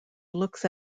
looks